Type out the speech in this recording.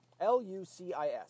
L-U-C-I-S